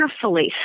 carefully